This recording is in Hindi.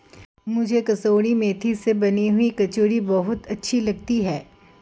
मुझे कसूरी मेथी से बनी हुई कचौड़ी बहुत अच्छी लगती है